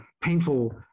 painful